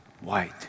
white